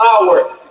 power